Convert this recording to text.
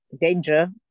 danger